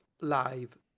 live